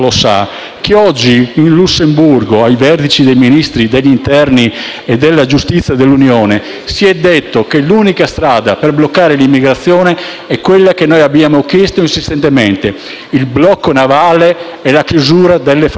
che oggi in Lussemburgo, ai vertici dei Ministri dell'interno e della giustizia dell'Unione, si è detto che l'unica strada per bloccare l'immigrazione è quella che abbiamo chiesto insistentemente: il blocco navale e la chiusura delle frontiere.